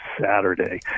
Saturday